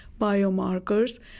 biomarkers